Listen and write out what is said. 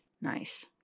Nice